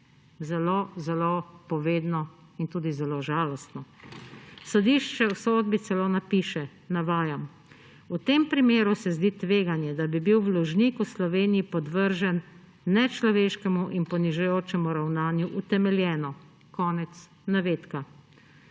Zelo zelo povedno in tudi zelo žalostno. Sodišče v sodbi celo napiše, »v tem primeru se zdi tveganje, da bi bil vložnik v Sloveniji podvržen nečloveškemu in ponižujočemu ravnanju utemeljeno«. Znano